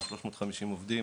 350 עובדים,